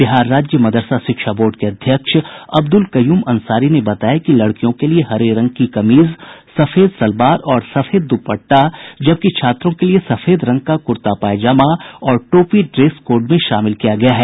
बिहार राज्य मदरसा शिक्षा बोर्ड के अध्यक्ष अब्दुल कय्यूम अंसारी ने बताया कि लड़कियों के लिए हरे रंग की कमीज सफेद सलवार और सफेद दुपट्टा जबकि छात्रों के लिए सफेद रंग का कुर्ता पायजामा और टोपी ड्रेस कोड में शामिल किया गया है